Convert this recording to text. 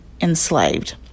enslaved